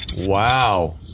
Wow